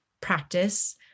practice